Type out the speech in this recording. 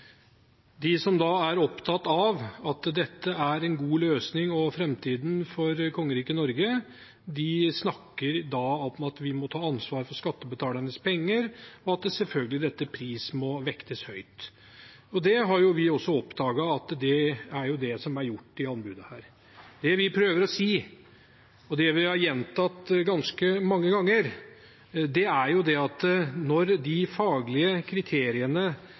De som er opptatt av at dette er en god løsning og framtiden for kongeriket Norge, snakker om at vi må ta ansvar for skattebetalernes penger, og at pris selvfølgelig må vektes høyt. Det har vi også oppdaget at er det som er gjort i anbudet. Det vi prøver å si, og som vi har gjentatt ganske mange ganger, er at når det er noe som er usikkert når det gjelder de faglige kriteriene